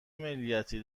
ملیتی